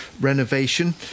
renovation